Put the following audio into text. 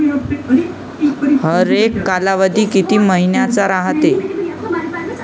हरेक कालावधी किती मइन्याचा रायते?